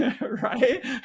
right